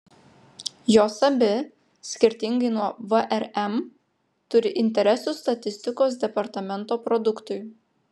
jos abi skirtingai nuo vrm turi interesų statistikos departamento produktui